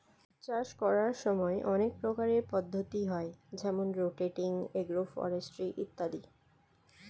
চাষ করার সময় অনেক প্রকারের পদ্ধতি হয় যেমন রোটেটিং, এগ্রো ফরেস্ট্রি ইত্যাদি